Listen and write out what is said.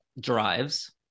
drives